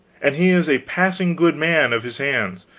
and he is a passing good man of his hands,